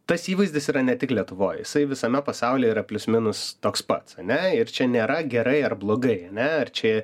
tas įvaizdis yra ne tik lietuvoj jisai visame pasaulyje yra plius minus toks pats ane ir čia nėra gerai ar blogai ane ir čia